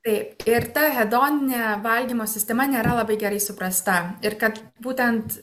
taip ir ta hedoninė valgymo sistema nėra labai gerai suprasta ir kad būtent